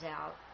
out